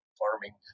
farming